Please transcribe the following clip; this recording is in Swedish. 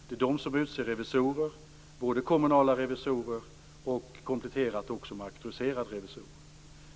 Det är de som utser revisorer; både kommunala revisorer och, för att komplettera, auktoriserade revisorer.